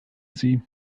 sie